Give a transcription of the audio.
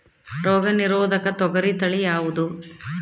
ರೋಗ ನಿರೋಧಕ ತೊಗರಿ ತಳಿ ಯಾವುದು?